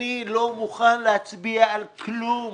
אני לא מוכן להצביע על כלום